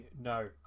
no